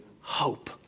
hope